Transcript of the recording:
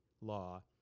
law